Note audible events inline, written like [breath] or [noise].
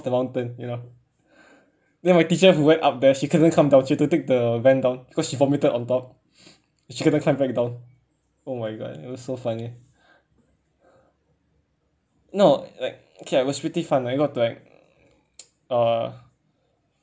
the mountain you know [breath] then my teacher who went up there she couldn't come down she had to take the van down because she vomited on top [noise] she couldn't climb back down oh my god it was so funny [breath] no like okay ah it was pretty fun I got to like [noise] uh